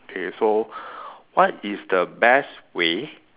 okay so what is the best way